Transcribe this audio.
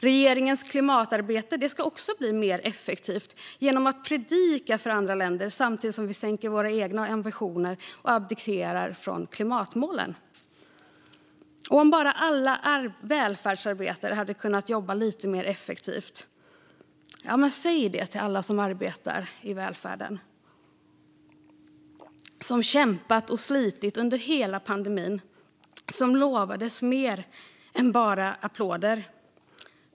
Regeringens klimatarbete ska också bli mer effektivt genom att vi ska predika för andra länder samtidigt som vi sänker våra egna ambitioner och abdikerar från klimatmålen. Och om bara alla välfärdsarbetare hade kunnat jobba lite mer effektivt! Ja, säg det till alla som arbetar i välfärden. De har kämpat och slitit under hela pandemin och lovades mer än bara applåder.